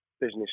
business